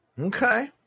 Okay